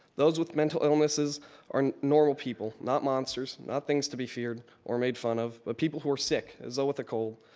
those with mental illnesses are normal people, not monsters, not things to be feared or made fun of, but people who are sick, as though with a cold,